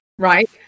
Right